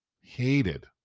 hated